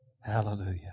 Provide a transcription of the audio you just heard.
hallelujah